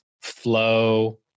flow